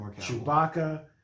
Chewbacca